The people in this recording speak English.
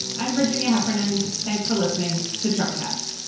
i'm virginia heffernan. thanks for listening to trump carson